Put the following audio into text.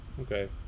okay